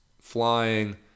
flying